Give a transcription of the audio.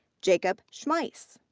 jacob schmiess.